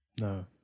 No